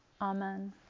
Amen